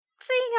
seeing